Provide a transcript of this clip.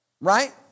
right